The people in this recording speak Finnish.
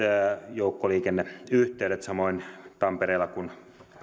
joukkoliikenneyhteydet samoin tampereella ja kun